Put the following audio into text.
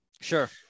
Sure